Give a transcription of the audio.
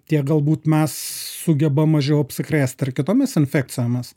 tiek galbūt mes sugebam mažiau apsikrėsti ir kitomis infekcijomis